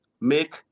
make